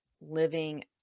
living